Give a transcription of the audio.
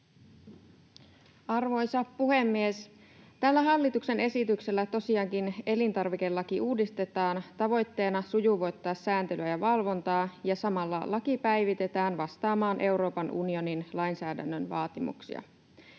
Arvoisa puhemies! Tällä hallituksen esityksellä tosiaankin elintarvikelaki uudistetaan tavoitteena sujuvoittaa sääntelyä ja valvontaa ja samalla laki päivitetään vastaamaan Euroopan unionin lainsäädännön vaatimuksia.